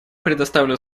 предоставляю